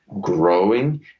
growing